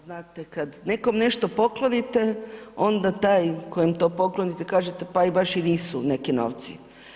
Znate kad nekom nešto poklonite onda taj kojem to poklonite kažete, pa i baš nisu neki novci.